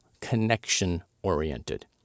connection-oriented